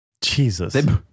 Jesus